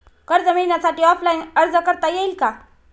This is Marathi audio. कर्ज मिळण्यासाठी ऑफलाईन अर्ज करता येईल का?